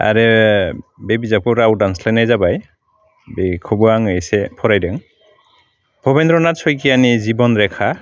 आरो बे बिजाबखौ राव दानस्लाइनाय जाबाय बेखौबो आं एसे फरायदों भबेन्द्र नाथ सयकियानि जिभन रेखा